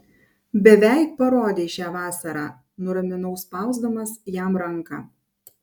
beveik parodei šią vasarą nuraminau spausdamas jam ranką